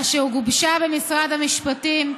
אשר גובשה במשרד המשפטים,